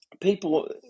People